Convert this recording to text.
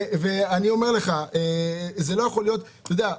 ואני אומר לך: אתה יודע,